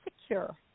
secure